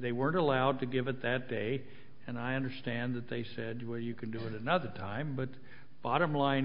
they weren't allowed to give it that day and i understand that they said well you could do it another time but bottom line